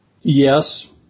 Yes